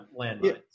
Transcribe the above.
landmines